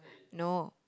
no